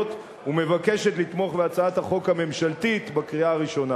ומבקשת לתמוך בהצעת החוק הממשלתית בקריאה הראשונה.